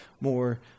more